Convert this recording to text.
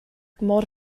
mor